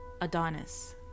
Adonis